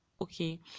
Okay